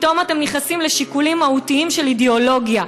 פתאום אתם נכנסים לשיקולים מהותיים של אידיאולוגיה.